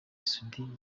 soudi